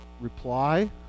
reply